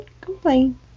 complain